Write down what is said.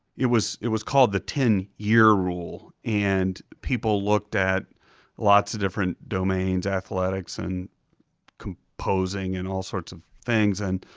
it was it was called the ten year rule. and people looked at lots of different domains, athletics and composing and all sorts of things, and